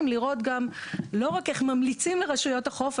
לראות גם לא רק איך ממליצים לרשויות החוף,